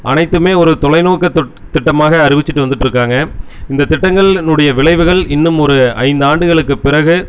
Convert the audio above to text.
அனைத்தும் ஒரு தொலைநோக்கு திட்டமாக அறிவித்திட்டு வந்துட்டிருக்காங்க இந்த திட்டங்களினுடைய விளைவுகள் இன்னும் ஒரு ஐந்து ஆண்டுகளுக்கு பிறகு